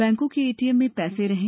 बैंकों के ATM में पैसे रहें